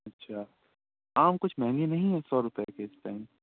اچھا آم کچھ مہنگے نہیں ہیں سو روپے کے اس ٹائم